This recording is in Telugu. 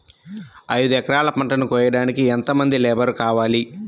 ఐదు ఎకరాల పంటను కోయడానికి యెంత మంది లేబరు కావాలి?